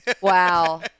Wow